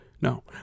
No